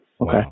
Okay